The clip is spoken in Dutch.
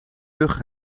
rug